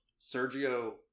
Sergio